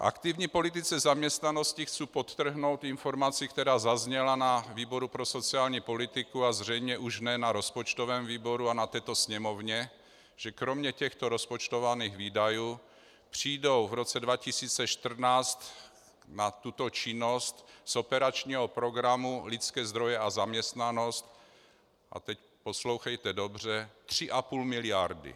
K aktivní politice zaměstnanosti chci podtrhnout informaci, která zazněla na výboru pro sociální politiku a zřejmě už ne na rozpočtovém výboru a na této sněmovně, že kromě těchto rozpočtovaných výdajů přijdou v roce 2014 na tuto činnost z operačního programu Lidské zdroje a zaměstnanost a teď poslouchejte dobře 3,5 miliardy.